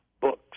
books